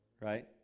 right